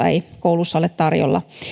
ei koulussa ole tarjolla